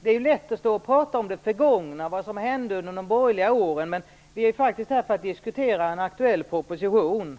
Det är lätt att stå och prata om det förgångna och det som hände under de borgerliga åren, men vi är faktiskt här för att diskutera en aktuell proposition